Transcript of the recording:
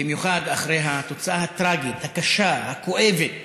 במיוחד אחרי התוצאה הטראגית, הקשה, הכואבת